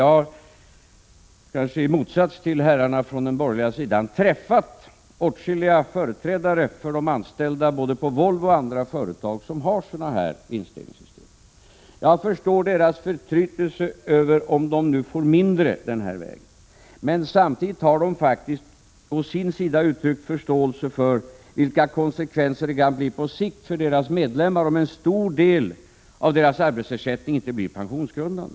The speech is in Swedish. Kanske i motsats till herrarna från den borgerliga sidan har jag träffat åtskilliga företrädare för de anställda, både på Volvo och på andra företag, som har sådana här vinstdelningssystem. Jag förstår deras förtrytelse över att de nu kanske får mindre genom sådana system. Men samtidigt har de faktiskt å sin sida uttryckt förståelse för vilka konsekvenser det kan få på sikt för deras medlemmar om en stor del av deras arbetsersättning inte blir pensionsgrundande.